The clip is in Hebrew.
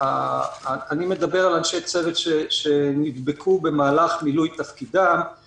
אני מדבר על אנשי צוות שנדבקו במהלך מילוי תפקידם,